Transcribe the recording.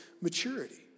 maturity